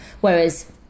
Whereas